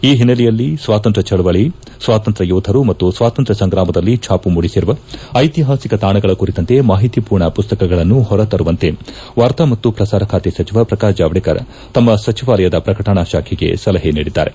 ಈ ಹಿನ್ನೆಲೆಯಲ್ಲಿ ಸ್ವಾತಂತ್ರ್ಯ ಚಳವಳ ಸ್ವಾತಂತ್ರ್ಯ ಯೋಧರು ಮತ್ತು ಸ್ವಾತಂತ್ರ್ಯ ಸಂಗ್ರಾಮದಲ್ಲಿ ಛಾಪು ಮೂಡಿಸಿರುವ ಐತಿಹಾಸಿಕ ತಾಣಗಳ ಕುರಿತಂತೆ ಮಾಹಿತಿ ಪೂರ್ಣ ಪುಸ್ತಕಗಳನ್ನು ಹೊರತರುವಂತೆ ವಾರ್ತಾ ಮತ್ತು ಪ್ರಸಾರ ಖಾತೆ ಸಚಿವ ಪ್ರಕಾಶ್ ಜಾವಡೇಕರ್ ತಮ್ ಸಚಿವಾಲಯದ ಪ್ರಕಟಣಾ ಶಾಖೆಗೆ ಸಲಹೆ ನೀಡಿದ್ದಾರೆ